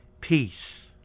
Peace